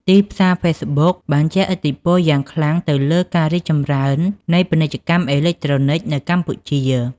ទីផ្សារហ្វេសប៊ុកបានជះឥទ្ធិពលយ៉ាងខ្លាំងទៅលើការរីកចម្រើននៃពាណិជ្ជកម្មអេឡិចត្រូនិកនៅកម្ពុជា។